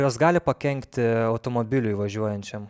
jos gali pakenkti automobiliui važiuojančiam